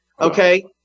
okay